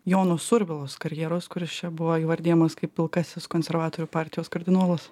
jono survilos karjeros kuris čia buvo įvardijamas kaip pilkasis konservatorių partijos kardinolas